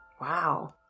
Wow